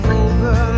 over